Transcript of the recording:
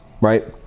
right